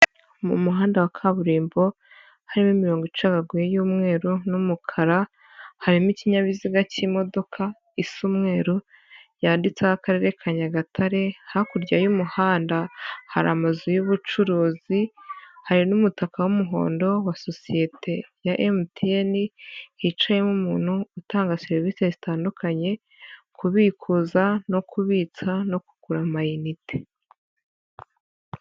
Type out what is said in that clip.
Mu muhanda wa kaburimbo harimo imirongo icagaguye y'umweru n'umukara, harimo ikinyabiziga cy'imodoka isa umweru yanditseho Akarere ka Nyagatare, hakurya y'umuhanda hari amazu y'ubucuruzi, hari n'umutaka w'umuhondo wa sosiyete ya Emutiyeni, hicayemo umuntu utanga serivisi zitandukanye; kubikuza no kubitsa no kugura amayinite.